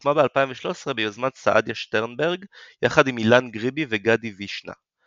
הוקמה ב-2013 ביוזמת סעדיה שטרנברג יחד עם אילן גריבי וגדי וישנה.